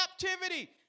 captivity